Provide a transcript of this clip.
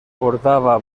portava